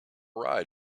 right